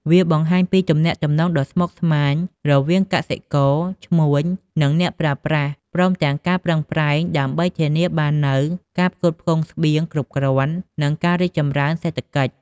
វាបង្ហាញពីទំនាក់ទំនងដ៏ស្មុគស្មាញរវាងកសិករ ឈ្មួញ និងអ្នកប្រើប្រាស់ ព្រមទាំងការប្រឹងប្រែងដើម្បីធានាបាននូវការផ្គត់ផ្គង់ស្បៀងគ្រប់គ្រាន់ និងការរីកចម្រើនសេដ្ឋកិច្ច។